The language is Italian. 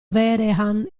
vehrehan